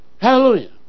Hallelujah